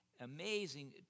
amazing